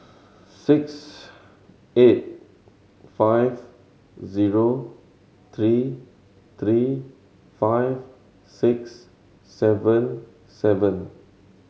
six eight five zero three three five six seven seven